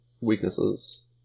weaknesses